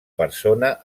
persona